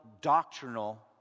doctrinal